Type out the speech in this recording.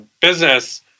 business